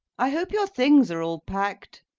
i hope your things are all packed.